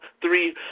three